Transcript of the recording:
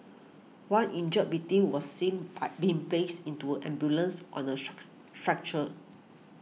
one injured victim was seen by being placed into an ambulance on a shark stretcher